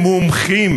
הם מומחים